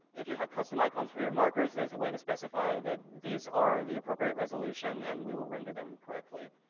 if you have custom icons for your markers, there's a way to specify that these are the appropriate resolution, and we will render them correctly.